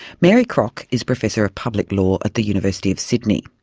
mary crock is professor of public law at the university of sydney.